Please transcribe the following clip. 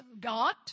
God